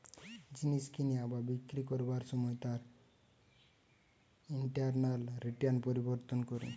জিনিস কিনা বা বিক্রি করবার সময় তার ইন্টারনাল রিটার্ন পরিবর্তন করে